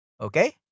Okay